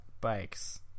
bikes